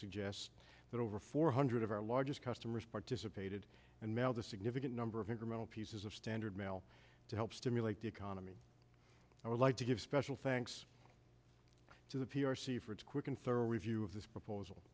suggests but over four hundred of our largest customers participated and mailed a significant number of incremental pieces of standard mail to help stimulate the economy i would like to give special thanks to the p r c for its quick and thorough review of this proposal